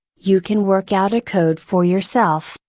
you can work out a code for yourself,